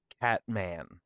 Catman